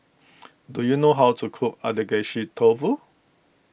do you know how to cook Agedashi Dofu